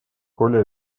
коля